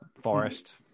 Forest